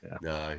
no